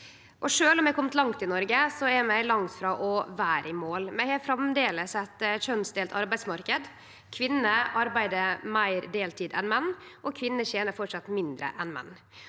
Sjølv om vi har kome langt i Noreg, er vi langt frå å vere i mål. Vi har framleis ein kjønnsdelt arbeidsmarknad. Kvinner arbeider meir deltid enn menn, og kvinner tener framleis mindre enn menn.